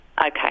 Okay